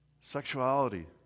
sexuality